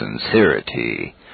sincerity